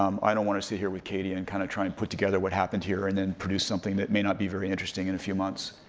um i don't wanna sit here with katy and kinda try and put together what happened here, and then produce something that may not be very interesting in a few months.